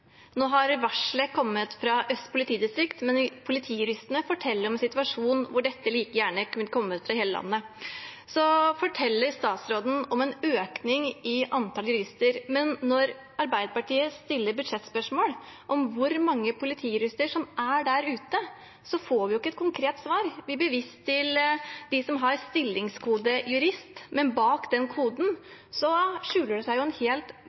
Nå har varselet kommet fra Øst politidistrikt, men politijuristene forteller om en situasjon hvor dette like gjerne kunne kommet fra hele landet. Så forteller statsråden om en økning i antallet jurister, men når Arbeiderpartiet stiller budsjettspørsmål om hvor mange politijurister som er der ute, får vi jo ikke et konkret svar. Vi blir vist til dem som har stillingskoden jurist, men bak den koden skjuler det seg